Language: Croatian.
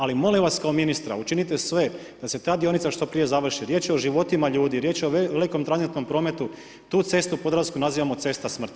Ali molim vas kao ministra, učinite sve da se ta dionica što prije završi, riječ je o životima ljudi, riječ je velikom tranzitnom prometu, tu cestu Podravsku nazivamo cesta smrti.